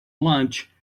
lunch